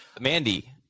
Mandy